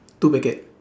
two packet